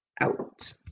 out